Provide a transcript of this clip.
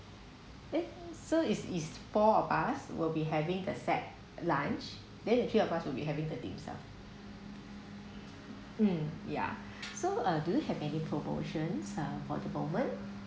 uh so is is four of us will be having the set lunch then the three of us will be having the dim sum um yeah so uh do you have any promotions uh for the moment